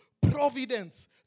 providence